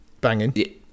banging